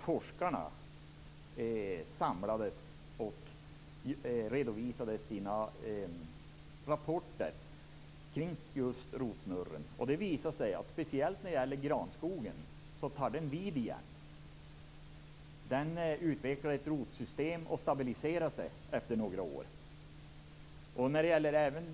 Forskarna samlades då och redovisade sina rapporter kring rotsnurr. Det visade sig att speciellt granskogen tar vid igen. Den utvecklar ett rotsystem och stabiliserar sig efter några år. Även i